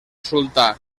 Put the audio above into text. sultà